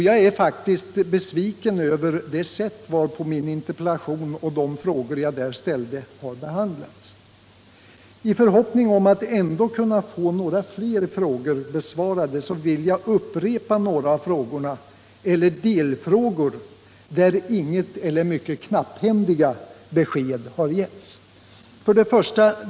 Jag är faktiskt besviken över det sätt varpå min interpellation har behandlats. I förhoppning om att ändå kunna få några fler frågor besvarade vill jag upprepa några av frågorna eller vissa delfrågor, där inget eller mycket knapphändiga besked har getts. 1.